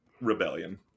Rebellion